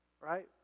right